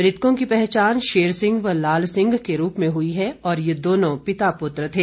मृतकों की पहचान शेर सिंह व लाल सिंह के रूप में हुई है और ये दोनों पिता पुत्र थे